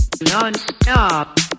non-stop